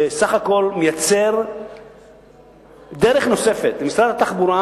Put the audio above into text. שסך הכול מייצר דרך נוספת למשרד התחבורה